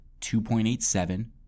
2.87%